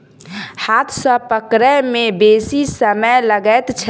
हाथ सॅ पकड़य मे बेसी समय लगैत छै